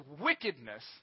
wickedness